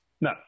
No